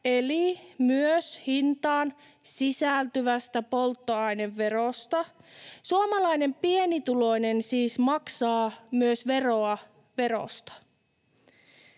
eli myös hintaan sisältyvästä polttoaineverosta. Suomalainen pienituloinen siis maksaa myös veroa verosta.